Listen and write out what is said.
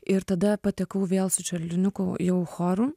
ir tada patekau vėl su čiurlioniukų jau choru